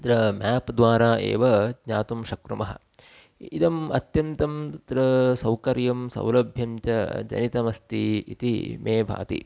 अत्र मेप् द्वारा एव ज्ञातुं शक्नुमः इदम् अत्यन्तं तत्र सौकर्यं सौलभ्यं च जनितमस्ति इति मे भाति